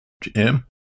Jim